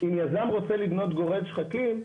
אם יזם רוצה לבנות גורד שחקים,